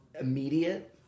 immediate